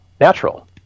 natural